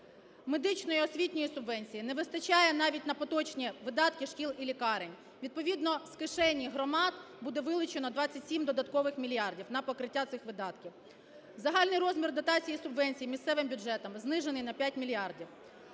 Медичної, освітньої субвенції не вистачає навіть на поточні видатки шкіл і лікарень. Відповідно з кишені громад буде вилучено 27 додаткових мільярдів на покриття цих видатків. Загальний розмір дотацій і субвенцій місцевим бюджетам знижений на 5 мільярдів.